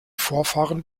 vorfahren